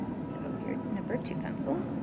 so here number two pencil.